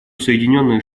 соединенные